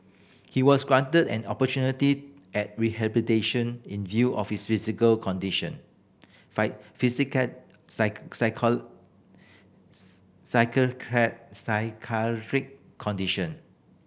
he was granted an opportunity at rehabilitation in view of his physical condition psychiatric condition